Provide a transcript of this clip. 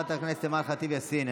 חברת הכנסת אימאן ח'טיב יאסין,